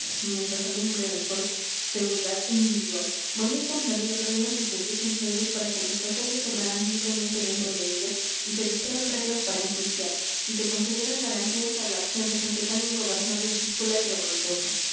mientras alumbre el sol seguridad individual bonito andaría el reino si se diesen leyes para que los vasallos obraran libremente dentro de ellas y se dictaran reglas para enjuiciar y se concedieran garantías a la acción de gente tan ingobernable díscola y revoltosa